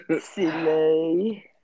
Silly